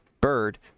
bird